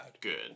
good